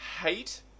hate